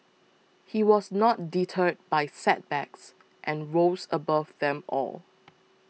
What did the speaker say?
he was not deterred by setbacks and rose above them all